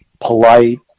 Polite